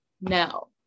No